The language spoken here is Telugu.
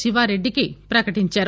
శివారెడ్డికి ప్రకటించారు